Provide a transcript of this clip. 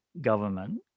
government